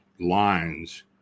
lines